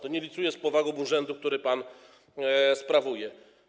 To nie licuje z powagą urzędu, który pan sprawuje.